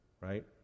Right